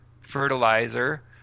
fertilizer